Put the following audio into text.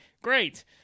great